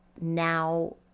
now